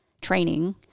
training